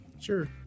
Sure